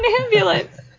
ambulance